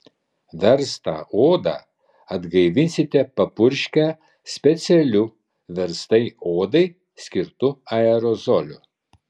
verstą odą atgaivinsite papurškę specialiu verstai odai skirtu aerozoliu